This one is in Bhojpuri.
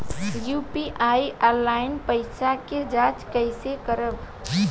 यू.पी.आई से आइल पईसा के जाँच कइसे करब?